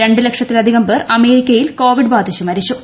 രണ്ട് ലക്ഷത്തിലധികം പേർ അമേരിക്കയിൽ ക്കോപിഡ് ബാധിച്ച് മരിച്ചു